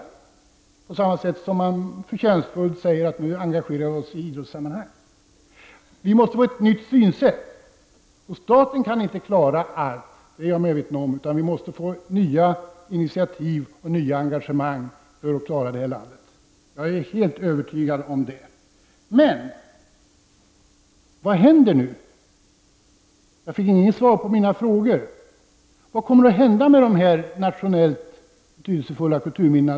Man engagerar sig ju förtjänstfullt i idrottssammanhang. Vi måste alltså få ett nytt synsätt här. Jag är medveten om att staten inte kan klara allt. Det måste därför till nya initiativ och engagemang från annat håll för att klara det här landet. Därom är jag helt övertygad. Men vad händer nu? Jag fick inte något svar på mina frågor. Vad kommer alltså att hända med dessa nationellt betydelsefulla kulturminnen?